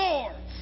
Lords